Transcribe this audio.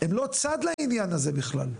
הם לא צד לעניין הזה בכלל.